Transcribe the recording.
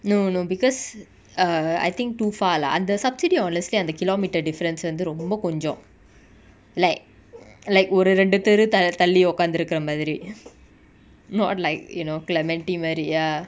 no no because err I think too far lah அந்த:antha subsidy honestly kilometre difference வந்து ரொம்ப கொஞ்சோ:vanthu romba konjo like like ஒரு ரெண்டு தெரு:oru rendu theru tha~ தள்ளி உக்காந்து இருகுரமாரி:thalli ukkaanthu irukuramari not like you know clementi married ya